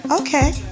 Okay